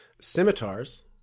Scimitars